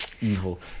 evil